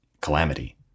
calamity